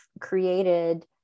created